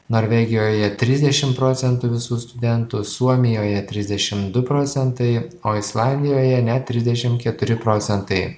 norvegijoje trisdešim procentų visų studentų suomijoje trisdešim du procentai o islandijoje net trisdešim keturi procentai